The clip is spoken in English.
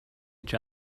each